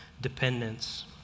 dependence